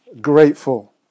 grateful